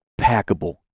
packable